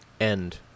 end